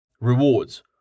Rewards